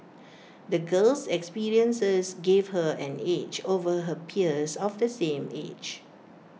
the girl's experiences gave her an edge over her peers of the same age